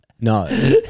No